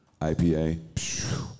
IPA